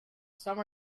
some